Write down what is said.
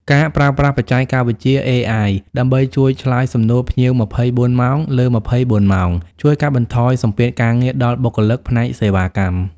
ការប្រើប្រាស់បច្ចេកវិទ្យា AI ដើម្បីជួយឆ្លើយសំណួរភ្ញៀវ ២៤ ម៉ោងលើ ២៤ ម៉ោង ជួយកាត់បន្ថយសម្ពាធការងារដល់បុគ្គលិកផ្នែកសេវាកម្ម។